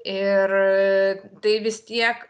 ir tai vis tiek